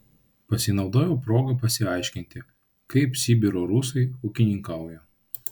pasinaudojau proga pasiaiškinti kaip sibiro rusai ūkininkauja